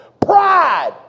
Pride